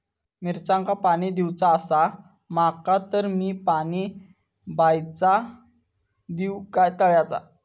मिरचांका पाणी दिवचा आसा माका तर मी पाणी बायचा दिव काय तळ्याचा?